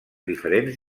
diferents